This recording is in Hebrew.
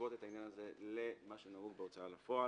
להשוות את העניין הזה למה שנהוג בהוצאה לפועל,